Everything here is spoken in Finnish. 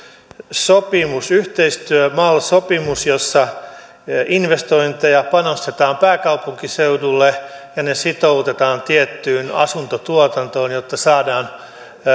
sopimus yhteistyö eli mal sopimus jossa investointeja panostetaan pääkaupunkiseudulle ja ne sitoutetaan tiettyyn asuntotuotantoon jotta saadaan